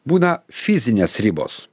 būna fizinės ribos